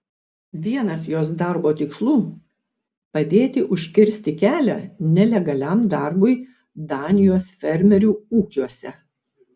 vienas jos darbo tikslų padėti užkirsti kelią nelegaliam darbui danijos fermerių ūkiuose